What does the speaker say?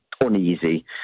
uneasy